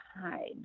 hide